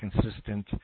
consistent